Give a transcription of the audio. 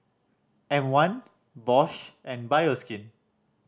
M One Bosch and Bioskin